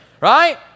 Right